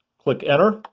click enter,